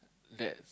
that